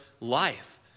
life